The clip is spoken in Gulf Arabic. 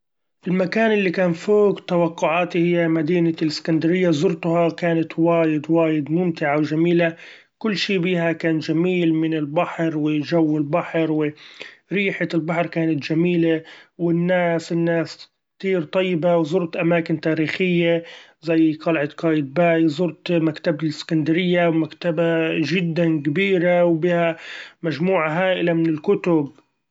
المكان اللي كان فوق توقعاتي هي مدينة الاسكندرية! زرتها كانت وايد وايد ممتعة وچميلة ، كل شي بيها كان چميل من البحر وچو البحر وريحة البحر كانت چميلة ، والناس-الناس كتير طيبة ، وزرت اماكن تاريخية زي قلعة قأيتبأي زرت مكتبة الاسكندرية مكتبة چدا كبيرة وبها مچموعة هائلة من الكتب!